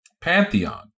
Pantheon